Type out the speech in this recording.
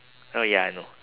uh ya I know